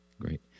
Great